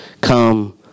come